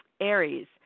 aries